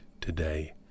today